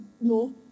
no